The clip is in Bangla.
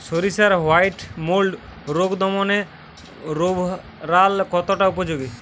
সরিষার হোয়াইট মোল্ড রোগ দমনে রোভরাল কতটা উপযোগী?